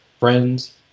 friends